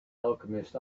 alchemist